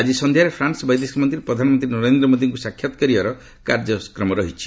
ଆଜି ସନ୍ଧ୍ୟାରେ ଫ୍ରାନ୍ନ ବୈଦେଶିକ ମନ୍ତ୍ରୀ ପ୍ରଧାନମନ୍ତ୍ରୀ ନରେନ୍ଦ୍ର ମୋଦୀଙ୍କୁ ସାକ୍ଷାତ କରିବାର କାର୍ଯ୍ୟକ୍ରମ ରହିଛି